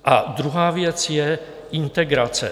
A druhá věc je integrace.